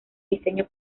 diseño